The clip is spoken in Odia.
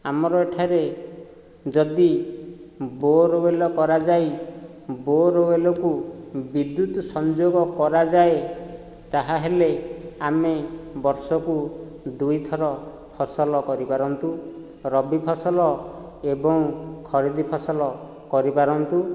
ଆମର ଏଠାରେ ଯଦି ବୋର୍ୱେଲ୍ କରାଯାଇ ବୋର୍ୱେଲ୍କୁ ବିଦ୍ୟୁତ୍ ସଂଯୋଗ କରାଯାଏ ତାହା ହେଲେ ଆମେ ବର୍ଷକୁ ଦୁଇଥର ଫସଲ କରିପାରନ୍ତୁ ରବି ଫସଲ ଏବଂ ଖରିଦ୍ ଫସଲ କରିପାରନ୍ତୁ